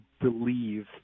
believe